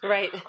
Right